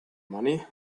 money